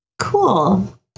Cool